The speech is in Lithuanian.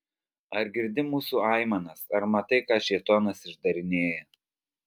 ar girdi mūsų aimanas ar matai ką šėtonas išdarinėja